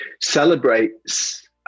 celebrates